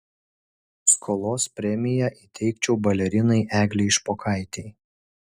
skolos premiją įteikčiau balerinai eglei špokaitei